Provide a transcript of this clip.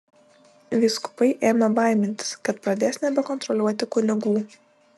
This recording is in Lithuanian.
vyskupai ėmė baimintis kad pradės nebekontroliuoti kunigų